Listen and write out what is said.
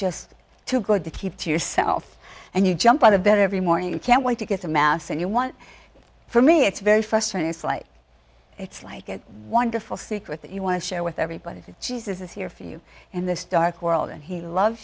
just too good to keep to yourself and you jump out of bed every morning and can't wait to get a mass and you want for me it's very frustrating it's like it's like a one before secret that you want to share with everybody jesus is here for you in this dark world and he loves